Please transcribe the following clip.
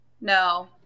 No